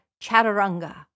chaturanga